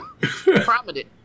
prominent